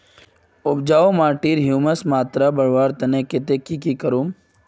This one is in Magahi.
उपजाऊ माटिर ह्यूमस मात्रा बढ़वार केते की करूम?